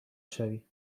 شوی